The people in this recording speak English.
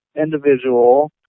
individual